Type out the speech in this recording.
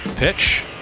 pitch